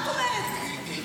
רק אומרת.